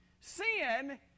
sin